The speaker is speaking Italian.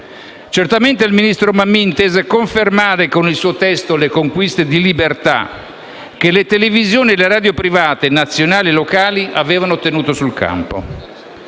Certamente il ministro Mammì intese confermare con il suo testo le conquiste di libertà che le televisioni e le radio private, nazionali e locali, avevano ottenuto sul campo.